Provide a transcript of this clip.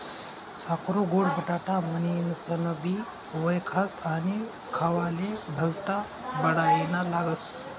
साकरु गोड बटाटा म्हनीनसनबी वयखास आणि खावाले भल्ता बडाईना लागस